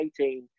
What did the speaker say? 2018